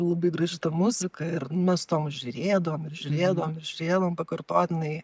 labai graži ta muzika ir mes su tomu žiūrėdavom ir žiūrėdavom ir žiūrėdavom pakartotinai